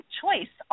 choice